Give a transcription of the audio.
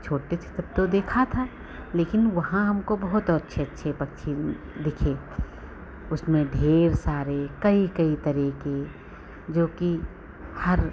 छोटे थे तब तो देखा था लेकिन वहाँ हमको बहुत अच्छे अच्छे पक्षी दिखे उसमें ढेर सारे कई कई तरह के जो कि हर